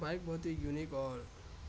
bike بہت ہی unique اور